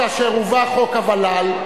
כאשר הובא חוק הוול"ל,